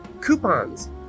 coupons